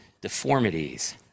Deformities